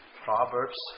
Proverbs